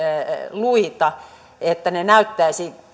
luita että he näyttäisivät